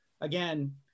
again